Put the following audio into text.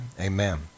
Amen